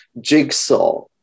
jigsaw